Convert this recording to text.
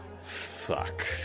Fuck